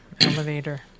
elevator